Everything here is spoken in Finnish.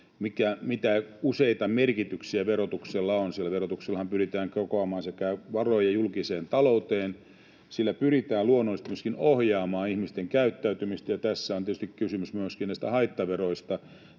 mitä useita merkityksiä verotuksella on. Verotuksellahan pyritään kokoamaan varoja julkiseen talouteen. Sillä pyritään luonnollisesti myöskin ohjaamaan ihmisten käyttäytymistä, ja tässä on tietysti kysymys myöskin näistä haittaveroista,